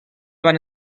van